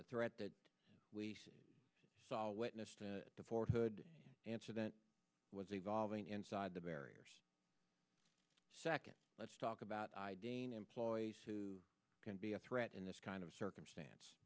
the threat that we saw witnessed the fort hood answer that was evolving inside the barriers second let's talk about employees who can be a threat in this kind of circumstance